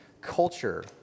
culture